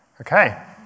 Okay